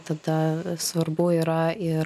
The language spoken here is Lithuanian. tada svarbu yra ir